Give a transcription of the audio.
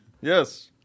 yes